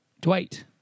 Dwight